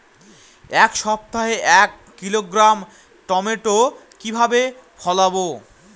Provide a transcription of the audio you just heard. এক সপ্তাহে এক কিলোগ্রাম টমেটো কিভাবে ফলাবো?